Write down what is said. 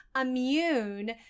immune